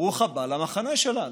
ברוך הבא למחנה שלנו.